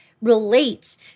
relates